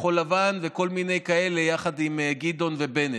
כחול לבן וכל מיני כאלה יחד עם גדעון ובנט.